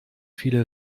viele